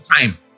time